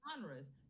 genres